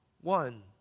one